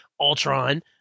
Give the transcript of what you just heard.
Ultron